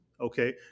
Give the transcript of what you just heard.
Okay